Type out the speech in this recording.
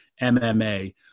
MMA